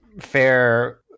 fair